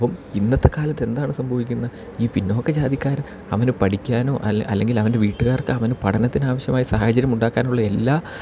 അപ്പം ഇന്നത്തെ കാലത്ത് എന്താണ് സംഭവിക്കുന്നത് ഈ പിന്നോക്ക ജാതിക്കാരൻ അവന് പഠിക്കാനോ അല്ലേൽ അല്ലെങ്കിൽ അവൻ്റെ വീട്ടുകാർക്ക് അവന് പഠനത്തിനാവശ്യമായ സാഹചര്യം ഉണ്ടാക്കാനുള്ള എല്ലാ